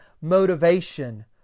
motivation